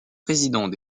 président